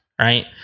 Right